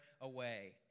away